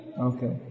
Okay